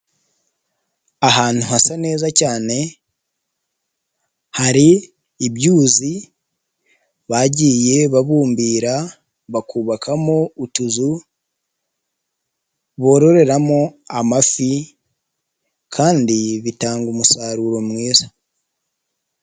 Ahantu hasa neza cyane, hari ibyuzi, bagiye babumbira bakubakamo utuzu, bororeramo amafi kandi bitanga umusaruro mwiza.